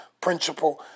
principle